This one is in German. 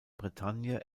bretagne